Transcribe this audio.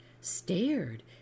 stared